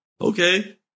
Okay